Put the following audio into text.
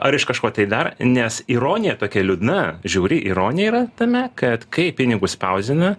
ar iš kažko tai dar nes ironija tokia liūdna žiauri ironija yra tame kad kai pinigus spausdina